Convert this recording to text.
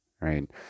right